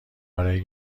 برای